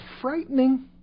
frightening